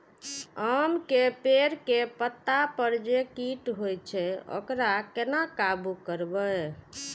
आम के पेड़ के पत्ता पर जे कीट होय छे वकरा केना काबू करबे?